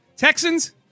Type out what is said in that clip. Texans